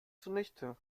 zunichte